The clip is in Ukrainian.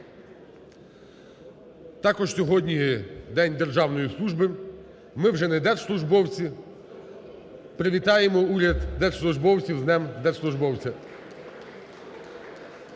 Також сьогодні День державної служби. Ми вже не держслужбовці. Привітаємо уряд держслужбовців з Днем держслужбовця.